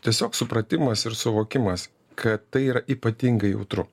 tiesiog supratimas ir suvokimas kad tai yra ypatingai jautru